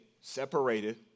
separated